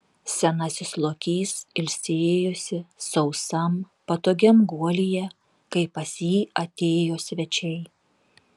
senasis lokys ilsėjosi sausam patogiam guolyje kai pas jį atėjo svečiai